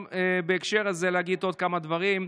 בהקשר הזה להגיד עוד כמה דברים.